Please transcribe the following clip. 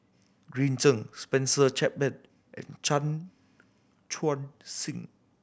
Green Zeng Spencer Chapman and Chan Chun Sing